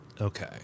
Okay